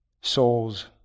souls